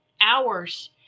hours